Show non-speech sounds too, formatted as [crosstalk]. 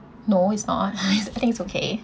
no is not [laughs] I think is okay